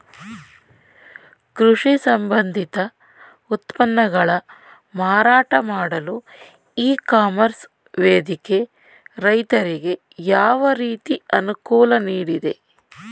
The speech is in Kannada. ಕೃಷಿ ಸಂಬಂಧಿತ ಉತ್ಪನ್ನಗಳ ಮಾರಾಟ ಮಾಡಲು ಇ ಕಾಮರ್ಸ್ ವೇದಿಕೆ ರೈತರಿಗೆ ಯಾವ ರೀತಿ ಅನುಕೂಲ ನೀಡಿದೆ?